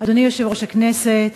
אדוני יושב-ראש הכנסת,